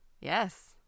yes